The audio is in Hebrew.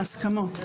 ההסכמות.